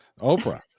Oprah